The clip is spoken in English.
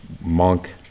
monk